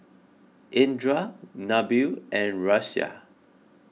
Indra Nabil and Raisya